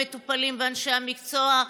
המטופלים ואנשי המקצוע,